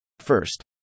First